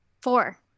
Four